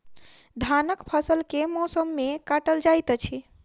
धानक फसल केँ मौसम मे काटल जाइत अछि?